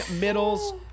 middles